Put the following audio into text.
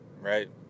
right